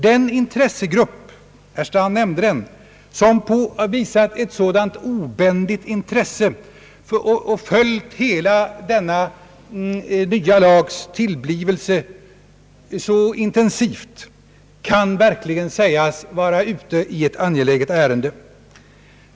Den intressegrupp — herr Strand nämnde den — som visat ett sådant obändigt intresse och följt hela denna nya lags tillblivelse så intensivt, kan verkligen sägas vara ute i ett angeläget ärende.